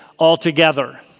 altogether